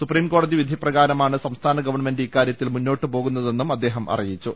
സുപ്രീംകോടതിവിധിപ്രകാരമാണ് സംസ്ഥാന ഗവൺമെന്റ് ഇക്കാര്യത്തിൽ മുന്നോട്ടു പോകു ന്നതെന്നും അദ്ദേഹം അറിയിച്ചു